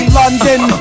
london